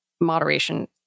moderation